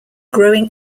growing